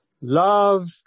Love